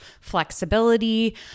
flexibility